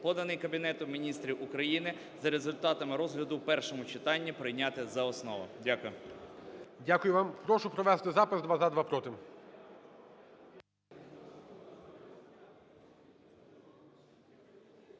поданий Кабінетом Міністрів України, за результатами розгляду у першому читанні прийняти за основу. Дякую. ГОЛОВУЮЧИЙ. Дякую вам. Прошу провести запис: два – за, два – проти.